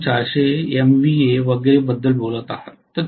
आपण 400 MVA वगैरे बद्दल बोलत आहात